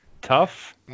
tough